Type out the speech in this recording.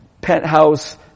penthouse